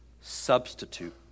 substitute